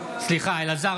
אלעזר